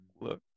look